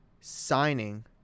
signing